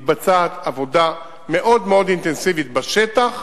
מתבצעת עבודה מאוד אינטנסיבית בשטח